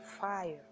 fire